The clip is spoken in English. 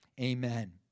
amen